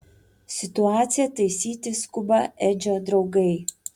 situaciją taisyti skuba edžio draugai